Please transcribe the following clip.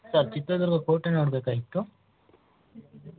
sir Chitradurga ಕೋಟೆ ನೋಡಬೇಕಾಗಿತ್ತು